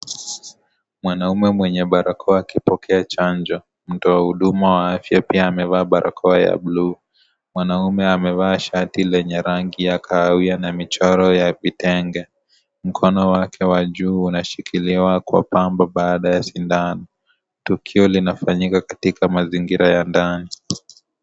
Mwanaume mwenye barakoa akipokea chanjo, mtoa huduma wa afya pia amevaa barakoa ya bluu. Mwanaume amevaa shati lenye rangi ya kahawia na michoro ya vitenge. Mkono wake wa juu unashikiliwa kwa pamba baada ya sindano. Tukio linafanyika katika mazingira ya ndani.